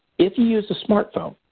if you use a smart phone,